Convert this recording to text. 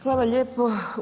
Hvala lijepo.